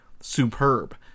superb